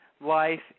life